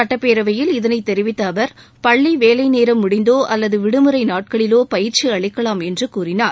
சட்டப்பேரவையில் இதனை தெரிவித்த அவர் பள்ளி வேலைநேரம் முடிந்தோ அல்லது விடுமுறை நாட்களிலோ பயிற்சி அளிக்கலாம் என்று கூறினார்